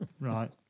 right